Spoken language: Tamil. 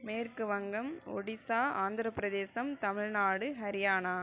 மேற்கு வங்கம் ஒடிசா ஆந்திரப்பிரதேசம் தமிழ்நாடு ஹரியானா